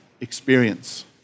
experience